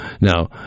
Now